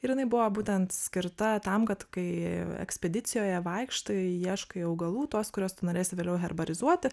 ir jinai buvo būtent skirta tam kad kai ekspedicijoje vaikštai ieškai augalų tuos kuriuos tu norėsi vėliau herbarizuoti